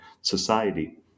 society